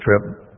trip